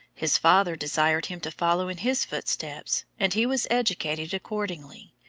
his father desired him to follow in his footsteps, and he was educated accordingly,